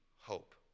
hope